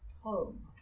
home